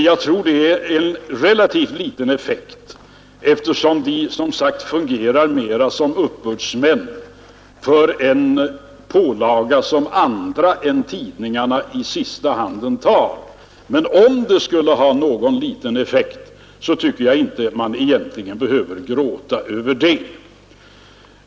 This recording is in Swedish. Jag tror | att det blir en relativt liten effekt, eftersom tidningarna — som sagt — fungerar mer som uppbördsmän för en pålaga som andra än tidningarna i sista hand tar. Men om skatten skulle ha någon liten effekt tycker jag att man egentligen inte behöver gråta över det.